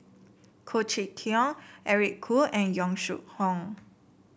Khoo Cheng Tiong Eric Khoo and Yong Shu Hoong